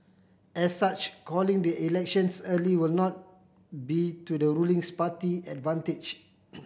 as such calling the elections early will not be to the rulings party advantage